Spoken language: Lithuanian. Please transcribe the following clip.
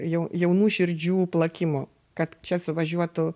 jau jaunų širdžių plakimo kad čia suvažiuotų